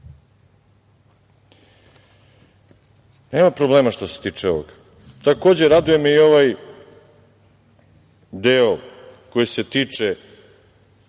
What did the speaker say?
Nema problema što se tiče ovoga. Takođe, raduje me i ovaj deo koji se tiče